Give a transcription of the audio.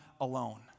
alone